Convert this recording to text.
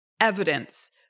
evidence